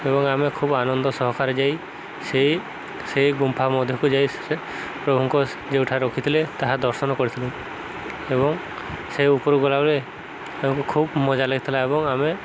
ଏବଂ ଆମେ ଖୁବ ଆନନ୍ଦ ସହକାରେ ଯାଇ ସେଇ ସେଇ ଗୁମ୍ଫା ମଧ୍ୟକୁ ଯାଇ ସେ ପ୍ରଭୁଙ୍କୁ ଯେଉଁଠାରେ ରଖିଥିଲେ ତାହା ଦର୍ଶନ କରିଥିଲୁ ଏବଂ ସେଇ ଉପରୁକୁ ଗଲାବେଳେ ଆମକୁ ଖୁବ୍ ମଜା ଲାଗିଥିଲା ଏବଂ ଆମେ